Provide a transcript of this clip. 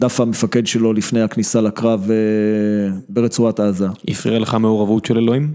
דף המפקד שלו לפני הכניסה לקרב ברצועת עזה. הפריעה לך מעורבות של אלוהים?